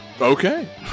Okay